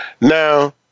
Now